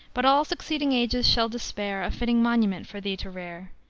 but all succeeding ages shall despair a fitting monument for thee to rear.